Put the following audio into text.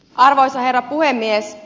arvoisa herra puhemies